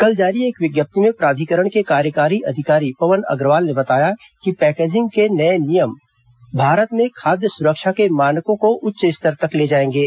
कल जारी एक विज्ञप्ति में प्राधिकरण के कार्यकारी अधिकारी पवन अग्रवाल ने बताया है कि पैकेजिंग के नए नियम भारत में खाद्य सुरक्षा के मानकों को उच्च स्तर तक ले जाएंगे